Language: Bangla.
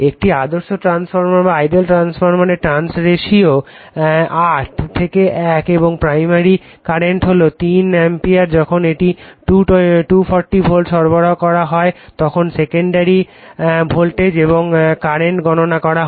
একটি আদর্শ ট্রান্সফরমার এর টার্নস রেশিও 8 থেকে 1 এবং প্রাইমারি কারেন্ট হল 3 অ্যাম্পিয়ার যখন এটি 240 ভোল্টে সরবরাহ করা হয় তখন সেকেন্ডারি ভোল্টেজ এবং কারেন্ট গণনা করা হয়